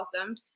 awesome